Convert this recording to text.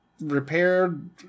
repaired